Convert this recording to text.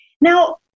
Now